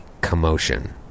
commotion